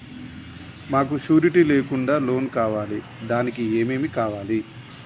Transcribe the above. మాకు షూరిటీ లేకుండా లోన్ కావాలి దానికి ఏమేమి కావాలి?